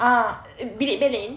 ah bilik dia lain